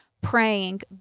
praying